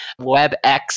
WebEx